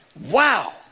Wow